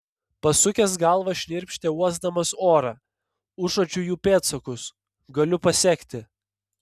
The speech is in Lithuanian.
pasukęs galvą šnirpštė uosdamas orą užuodžiu jų pėdsakus galiu pasekti